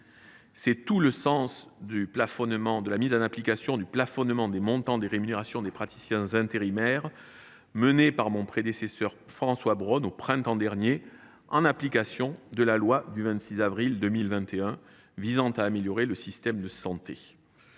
C’est tout le sens du plafonnement du montant des rémunérations des praticiens intérimaires, mis en œuvre par mon prédécesseur François Braun, au printemps dernier, en application de la loi du 26 avril 2021 visant à améliorer le système de santé